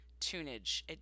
tunage